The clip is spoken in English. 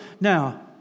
now